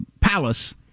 palace